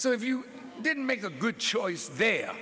so if you didn't make a good choice there